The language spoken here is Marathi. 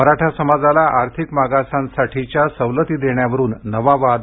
मराठा समाजाला आर्थिक मागासांसाठीच्या सवलती देण्यावरून नवा वाद